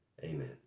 Amen